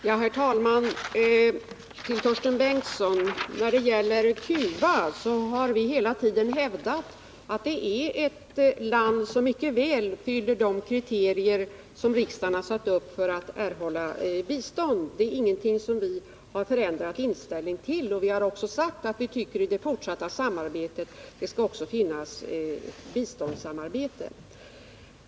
Herr talman! Till Torsten Bengtson vill jag säga att vi hela tiden har hävdat att Cuba är ett land, som mycket väl uppfyller de kriterier som riksdagen har satt upp för att ett land skall erhålla bistånd. Vi har inte ändrat vår inställning. Vi har också sagt att det i det fortsatta samarbetet skall förekomma ett biståndssamarbete.